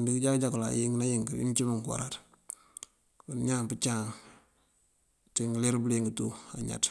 mbíinkëjojakul ink na ink bí mëncí bunk uwaráţ. Ñaan pëncaŋ ţí ngëler bëliyêng tú añat.